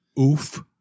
Oof